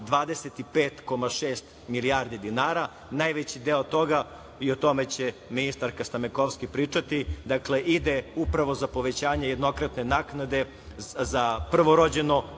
25,6 milijardi dinara. Najveći deo toga, i o tome će ministarka Stamenkovski pričati, ide upravo za povećanje jednokratne naknade za prvorođeno,